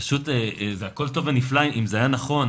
פשוט זה הכול טוב ונפלא אם זה היה נכון,